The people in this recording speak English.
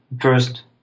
first